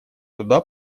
туда